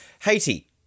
Haiti